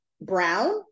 brown